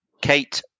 Kate